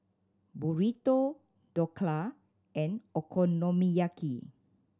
Burrito Dhokla and Okonomiyaki